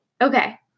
Okay